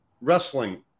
wrestling